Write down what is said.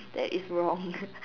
that is wrong